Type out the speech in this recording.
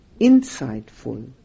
insightful